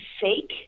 fake